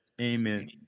Amen